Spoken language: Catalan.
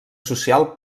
social